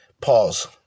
Pause